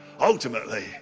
Ultimately